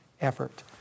effort